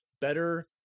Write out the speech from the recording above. better